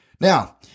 Now